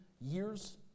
years